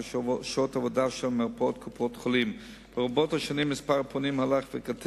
תושבי קריית-שמונה וסביבותיה החלטת משרד הבריאות על הפסקה במתן